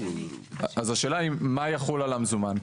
אז השאלה היא מה יחול על המזומן.